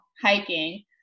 hiking